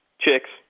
Chicks